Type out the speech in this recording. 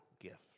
gift